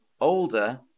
Older